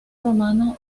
romano